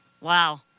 Wow